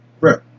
Right